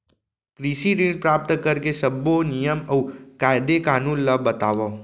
कृषि ऋण प्राप्त करेके सब्बो नियम अऊ कायदे कानून ला बतावव?